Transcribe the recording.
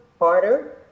harder